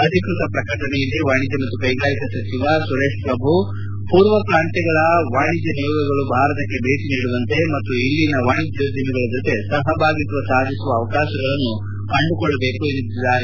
ಅಧಿಕೃತ ಪ್ರಕಟಣೆಯಲ್ಲಿ ವಾಣಿಜ್ಯ ಮತ್ತು ಕೈಗಾರಿಕಾ ಸಚಿವ ಸುರೇಶ್ ಪ್ರಭು ಪೂರ್ವ ಪ್ರಾಂತ್ಯಗಳ ವಾಣಿಜ್ಯ ನಿಯೋಗಗಳು ಭಾರತಕ್ಕೆ ಭೇಟಿ ನೀಡುವಂತೆ ಮತ್ತು ಇಲ್ಲಿನ ವಾಣಿಜ್ಯೋದ್ಯಮಿಗಳ ಜೊತೆ ಸಹಭಾಗಿತ್ವ ಸಾಧಿಸುವ ಅವಕಾಶಗಳನ್ನು ಕಂಡುಕೊಳ್ಳಬೇಕು ಎಂದು ಹೇಳಿದ್ದಾರೆ